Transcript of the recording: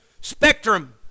spectrum